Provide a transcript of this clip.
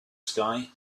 sky